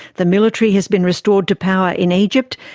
the military has been restored to power in egypt,